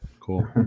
Cool